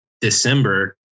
December